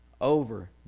over